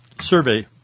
survey